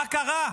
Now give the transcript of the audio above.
מה קרה?